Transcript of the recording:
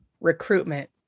recruitment